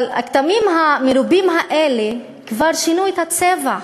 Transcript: אבל הכתמים המרובים האלה כבר שינו את הצבע.